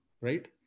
right